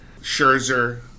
Scherzer